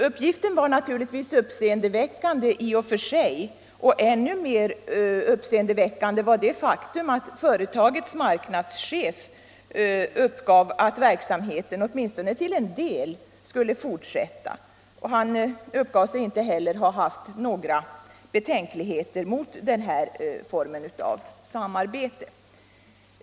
Uppgiften var uppseendeväckande i och för sig, men ännu mera uppseendeväckande var att företagets marknadschef uppgav att verksamheten skulle fortsätta, åtminstone till en del. Han uppgav sig inte heller ha några betänkligheter mot denna form av samarbete.